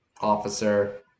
officer